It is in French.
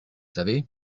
savez